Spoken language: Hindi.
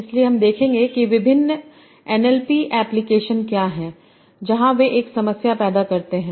इसलिए हम देखेंगे कि विभिन्न एनएलपी एप्लिकेशन क्या हैं जहां वे एक समस्या पैदा करते हैं